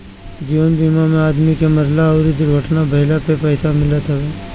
जीवन बीमा में आदमी के मरला अउरी दुर्घटना भईला पे पईसा मिलत हवे